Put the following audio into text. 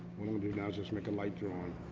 do now is just make a light drawing.